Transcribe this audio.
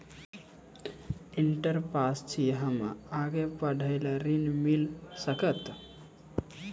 Inter pass छी हम्मे आगे पढ़े ला ऋण मिल सकत?